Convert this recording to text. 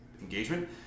engagement